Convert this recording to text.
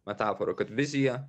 metaforą kad vizija